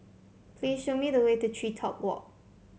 please show me the way to TreeTop Walk